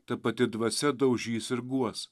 ta pati dvasia daužys ir guos